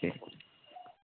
ശരി